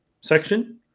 section